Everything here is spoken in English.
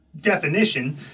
definition